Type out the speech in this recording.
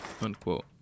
unquote